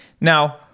Now